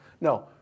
No